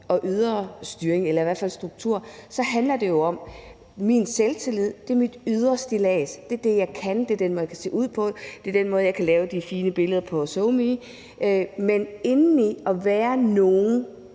og ydre styring eller i hvert fald strukturer, handler det jo om: Min selvtillid er mit ydre stillads – det er det, jeg kan; det er den måde, jeg kan se ud på; det er den måde, jeg kan lave de fine billeder på SoMe på – men det inden i at være nogen